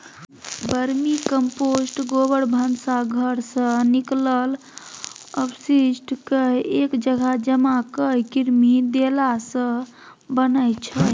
vermicompost गोबर, भनसा घरसँ निकलल अवशिष्टकेँ एक जगह जमा कए कृमि देलासँ बनै छै